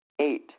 Eight